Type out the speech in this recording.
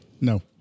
No